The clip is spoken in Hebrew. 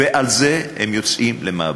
ועל זה הם יוצאים למאבק.